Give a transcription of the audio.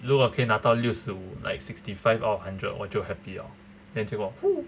如果可以拿到六十五 like sixty five out of hundred 我就 happy 了